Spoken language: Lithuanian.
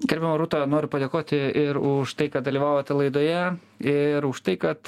gerbiama rūta noriu padėkoti ir už tai kad dalyvavote laidoje ir už tai kad